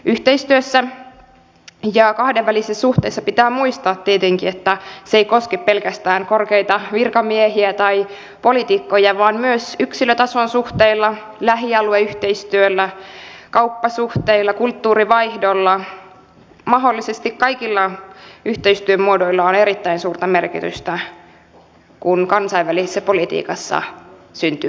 yhteistyössä ja kahdenvälisissä suhteissa pitää muistaa tietenkin että se ei koske pelkästään korkeita virkamiehiä tai politiikkoja vaan myös yksilötason suhteilla lähialueyhteistyöllä kauppasuhteilla kulttuurivaihdolla mahdollisesti kaikilla yhteistyömuodoilla on erittäin suurta merkitystä kun kansainvälisessä politiikassa syntyy jännitteitä